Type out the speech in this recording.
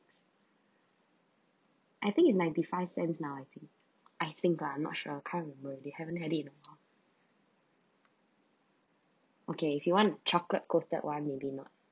I think it's ninety five cents now I think I think lah I'm not sure I can't remember already haven't had it in the fond okay if you want a chocolate-coated one maybe not